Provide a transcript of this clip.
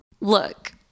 Look